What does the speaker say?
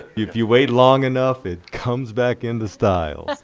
if you wait long enough, it comes back into style.